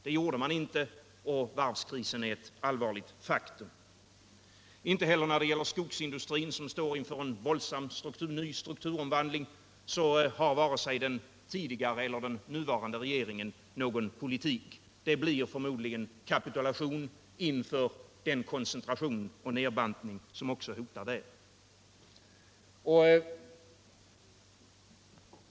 Det gjorde man inte, och varvskrisen är nu ett allvarligt faktum. Inte heller när det gäller skogsindustrin, som står inför en våldsam, ny strukturomvandling, har vare sig den tidigare eller den nuvarande regeringen någon politik. Det blir förmodligen kapitulation inför den koncentration och nedbantning som hotar också där.